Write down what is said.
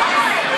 יאיר.